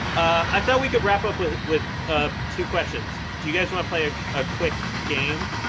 i thought we could wrap up with with ah two questions. do you guys want to play a ah quick game?